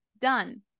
Done